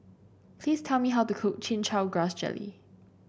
please tell me how to cook Chin Chow Grass Jelly